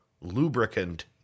Lubricant